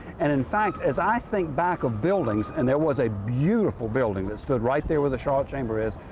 and in fact, as i think back of buildings, and there was a beautiful building that stood right there where the charlotte chamber is,